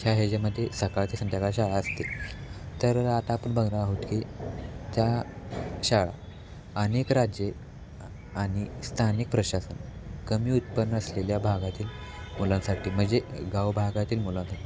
ह्या ह्याच्यामध्ये सकाळ ते संध्याकाळ शाळा असते तर आता आपण आणि स्थानिक प्रशासन कमी उत्पन्न असलेल्या भागातील मुलांसाठी म्हणजे गाव भागातील मुलांसाठी